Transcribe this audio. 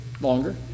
longer